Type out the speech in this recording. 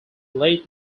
late